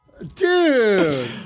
Dude